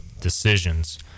decisions